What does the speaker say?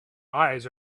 eyes